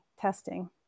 testing